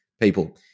people